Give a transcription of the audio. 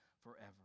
forever